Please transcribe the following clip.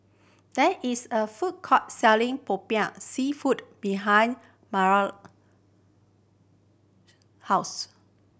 there is a food court selling Popiah Seafood behind house